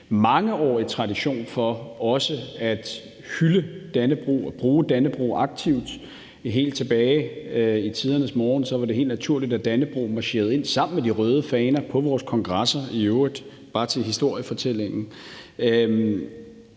mangeårig tradition for også at hylde Dannebrog, bruge Dannebrog aktivt. Helt tilbage i tidernes morgen var det helt naturligt, at Dannebrog var med sammen med de røde faner, når man marcherede ind på vores kongresser i øvrigt – bare til historiefortællingen.